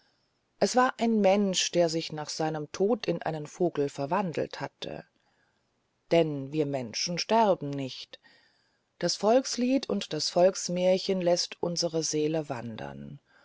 es war ein mensch der sich nach seinem tod in einen vogel verwandelt hatte denn wir menschen sterben nicht das volkslied und das volksmärchen läßt unsere seele wandern